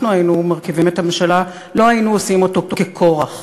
היינו מרכיבים את הממשלה לא היינו עושים אותו ככורח.